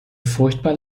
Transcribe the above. furchtbar